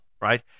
right